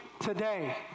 today